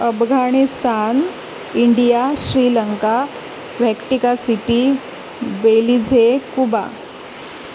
Afghanistan India Sri Lanka vatican city belize Cuba